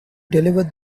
delivered